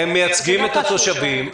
הם מייצגים את התושבים.